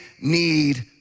need